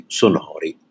sonori